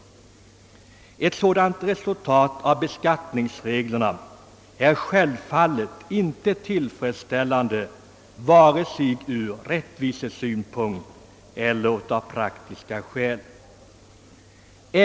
Ett sådant resultat av beskattningsreglerna är självfallet inte tillfredsställande, vare sig ur rättvisesynpunkt eller av praktiska skäl.